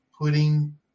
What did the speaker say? putting